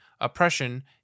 Oppression